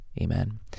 Amen